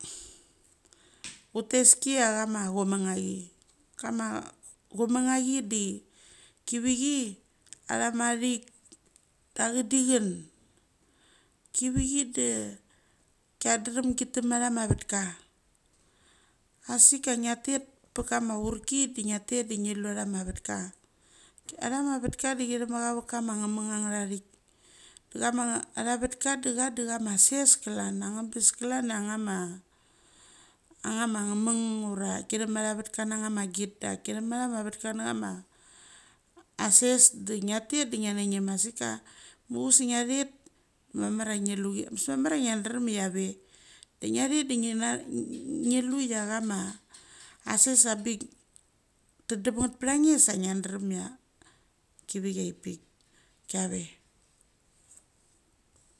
uteschi ia chama chumungachi. Kama chumu ngachi de chevechi athamathic achadechin. Chevechi de chiaderem chitem ma tha vetka. Asik cha ngia tet pe chama urki de tigia tet de ngi lu athama vetka. Atha ma vetka de chi thumcha vetckama ngemeng anetha thik. Da chama attavetka de cha de ama sesh klan, angebes klan a ngama a ngama ngemeng ura chitam ma tha vetka na nga ma git, da ki thamathama tha ma vetka na chama asesh de ngia tet de ngia nagim a sik cha muchus de ngia thet, mamar chia ngi luchi. Basmamar ia ngia daram chave. De ngia thet de ngi na ngi lue chia chama, aseh a bik tedemngat pechange sa ngi dram ia kivichiapik kiave.